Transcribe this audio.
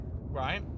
Right